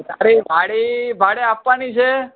તારી વાડી ભાળે આપવાની છે